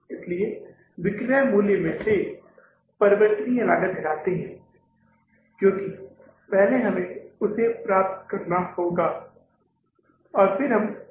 इसलिए विक्रय मूल्य में से परिवर्तनीय लागत घटाते है क्योंकि पहले हमें उसे पुनर्प्राप्त करना होगा और फिर हम कंट्रीब्यूशन की गणना करेंगे